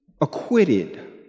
acquitted